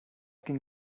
ging